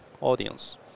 audience